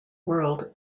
world